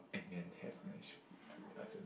and then have nice food too I also like nice food